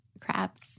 crabs